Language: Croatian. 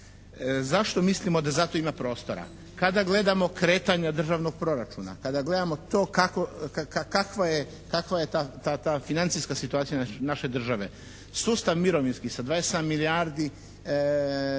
Zašto mislimo da za to ima prostora? Kada gledamo kretanja državnog proračuna, kada gledamo to kakva je ta financijska situacija naše države sustav mirovinski sa 27 milijardi može